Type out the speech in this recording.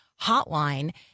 hotline